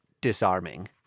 disarming